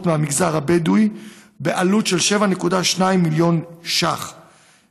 מהמגזר הבדואי בעלות של 7.2 מיליון ש"ח,